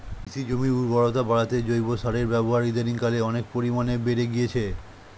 কৃষি জমির উর্বরতা বাড়াতে জৈব সারের ব্যবহার ইদানিংকালে অনেক পরিমাণে বেড়ে গিয়েছে